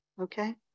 Okay